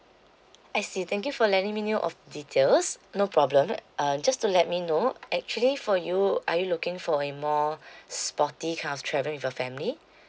I see thank you for letting me know of details no problem um just to let me know actually for you are you looking for a more sporty kind of travel with your family